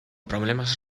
problemas